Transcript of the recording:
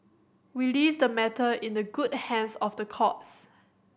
we leave the matter in the good hands of the courts